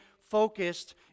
focused